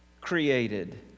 created